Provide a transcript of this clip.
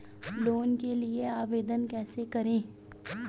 Loan के लिए आवेदन कैसे करें?